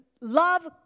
Love